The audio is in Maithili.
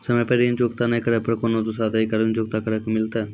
समय पर ऋण चुकता नै करे पर कोनो दूसरा तरीका ऋण चुकता करे के मिलतै?